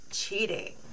cheating